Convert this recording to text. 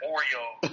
Oreos